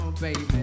baby